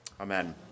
amen